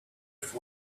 have